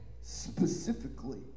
specifically